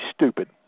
stupid